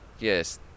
Yes